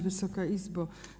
Wysoka Izbo!